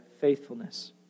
faithfulness